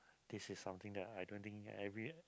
this is something that I don't think every